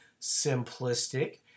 simplistic